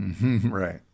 Right